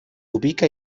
ubica